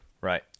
Right